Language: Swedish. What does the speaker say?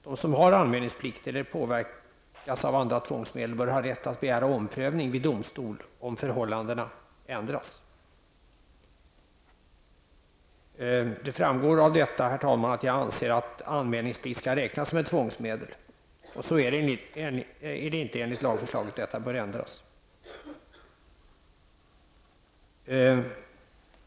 De som har anmälningsplikt eller är föremål för andra tvångsmedel bör kunna begära omprövning i domstol om förhållandena ändras. Det framgår av detta, herr talman, att jag anser att anmälningsplikt skall räknas som tvångsmedel. Så är det inte enligt lagförslaget. Detta bör ändras.